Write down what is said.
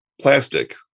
plastic